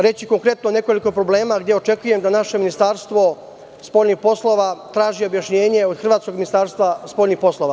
Reći ću konkretno nekoliko problema gde očekujem da naše Ministarstvo spoljnih poslova traži objašnjenje od hrvatskog Ministarstva spoljnih poslova.